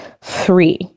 three